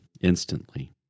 instantly